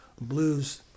blues